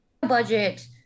budget